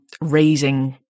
raising